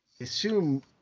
assume